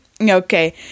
okay